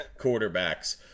quarterbacks